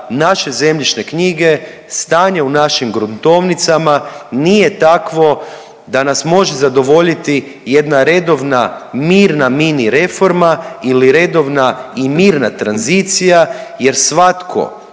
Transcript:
naše zemljišne knjige, stanje u našim gruntovnicama nije takvo da nas može zadovoljiti jedna redovna mirna mini reforma ili redovna i mirna tranzicija jer svatko